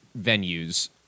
venues